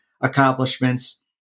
accomplishments